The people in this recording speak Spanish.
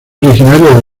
originaria